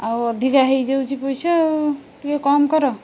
ଆଉ ଅଧିକା ହେଇଯାଉଛି ପଇସା ଆଉ ଟିକେ କମ୍ କର